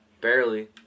Barely